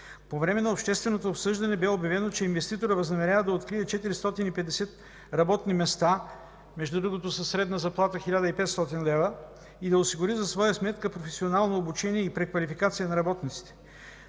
По време на общественото обсъждане бе обявено, че инвеститорът възнамерява да открие 450 работни места, между другото със средна заплата 1500 лв., и да осигури за своя сметка професионално обучение и преквалификация на работниците.